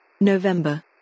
November